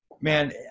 man